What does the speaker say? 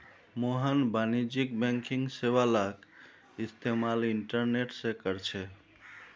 मोहन वाणिज्यिक बैंकिंग सेवालाक इस्तेमाल इंटरनेट से करछे